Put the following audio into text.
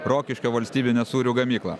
rokiškio valstybinė sūrių gamykla